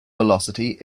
velocity